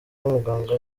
n’umuganga